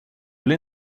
blir